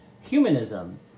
humanism